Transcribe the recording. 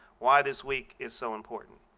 why this week is so important.